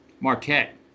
Marquette